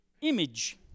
image